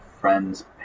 friend's